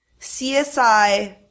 CSI